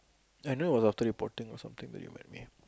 I know was after reporting or something that you met me